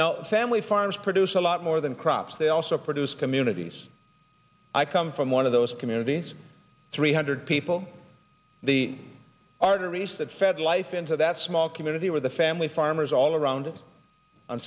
now family farmers produce a lot more than crops they also produce communities i come from one of those communities three hundred people the arteries that fed life into that small community where the family farmers all around on